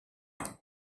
تلخ